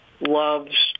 loves